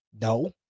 No